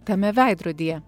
tame veidrodyje